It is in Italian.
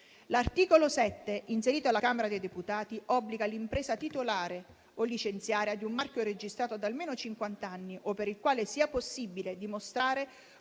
L'articolo 7, inserito alla Camera dei deputati, obbliga l'impresa titolare o licenziataria di un marchio registrato da almeno cinquant'anni o per il quale sia possibile dimostrare